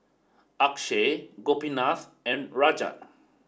Akshay Gopinath and Rajat